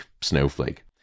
snowflake